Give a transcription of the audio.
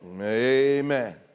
Amen